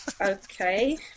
Okay